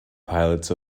pilots